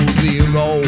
zero